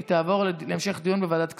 היא תעבור להמשך הדיון בוועדת הכספים.